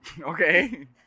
Okay